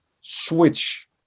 switch